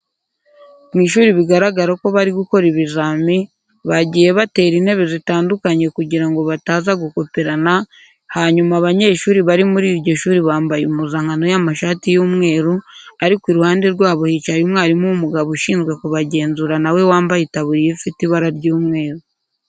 Mu ishuri biragaragara ko bari gukora ibizami, bagiye batera intebe zitandukanye kugira ngo bataza gukoperana, hanyuma abanyeshuri bari muri iryo shuri bambaye impuzankano y'amashati y'umweru ariko iruhande rwabo hicaye umwarimu w'umugabo ushinzwe kubagenzura na we wambaye itaburiya ifite ibara ry'umweru.